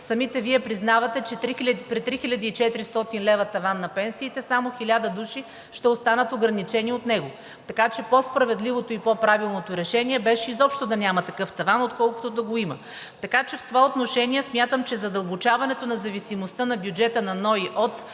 самите Вие признавате, че при 3400 лв. таван за пенсиите само 1000 души ще останат ограничени от него. Така че по-справедливото и по правилното решение беше изобщо да няма такъв таван, отколкото да го има. Така че в това отношение смятам, че задълбочаването на зависимостта на бюджета на НОИ от